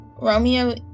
Romeo